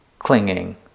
clinging